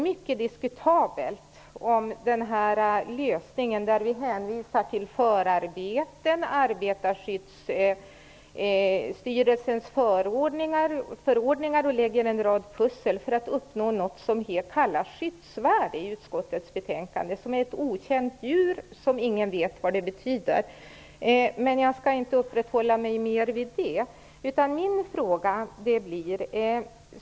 Mycket diskutabel är också den lösning där vi hänvisar till förarbete och Arbetarskyddsstyrelsens förordningar och där vi lägger pussel för att uppnå det som i utskottets betänkande kallas skyddsvärde - ett okänt djur som ingen vet vad det betyder. Jag skall inte uppehålla mig mer vid det.